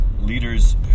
leaders